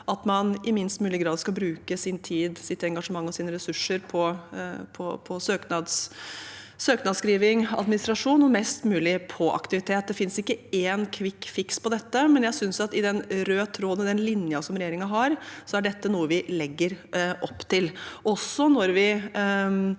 at man i minst mulig grad skal bruke sin tid, sitt engasjement og sine ressurser på søknadsskriving og administrasjon og mest mulig på aktiviteter. Det finnes ikke en kvikkfiks for dette, men i den røde tråden og i den linjen regjeringen har, er dette noe vi legger opp til.